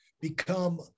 become